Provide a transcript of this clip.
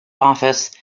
office